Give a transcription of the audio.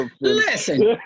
listen